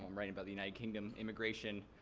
i'm writing about the united kingdom immigration,